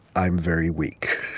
i'm very weak.